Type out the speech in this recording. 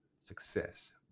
success